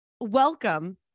Welcome